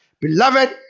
Beloved